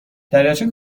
دریاچه